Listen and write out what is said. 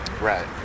Right